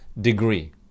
degree